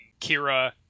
Kira